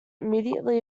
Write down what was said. immediately